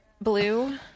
blue